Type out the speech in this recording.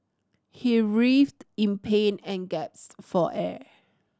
he writhed in pain and gaped for air